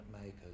makers